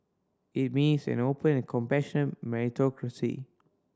it means an open and compassionate meritocracy